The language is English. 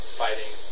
fighting